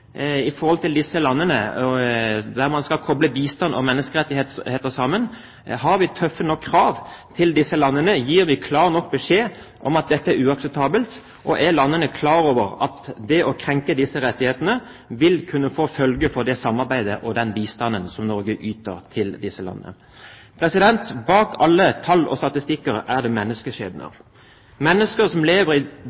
disse landene, der man skal koble bistand og menneskerettigheter sammen. Stiller vi tøffe nok krav til disse landene? Gir vi klar nok beskjed om at dette er uakseptabelt? Og er landene klar over at det å krenke disse rettighetene vil kunne få følger for det samarbeidet og den bistanden som Norge yter til disse landene? Bak alle tall og statistikker er det menneskeskjebner,